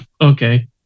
okay